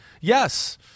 Yes